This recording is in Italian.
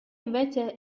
invece